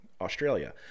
Australia